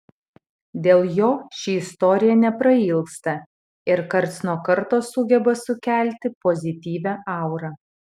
dėl jo ši istorija neprailgsta ir karts nuo karto sugeba sukelti pozityvią aurą